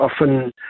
often